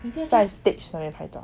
在那边拍照